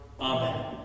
Amen